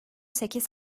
sekiz